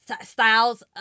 styles